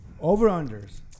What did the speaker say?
Over-unders